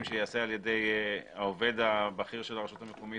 שייעשה על ידי העובד הבכיר של הרשות המקומית,